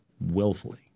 willfully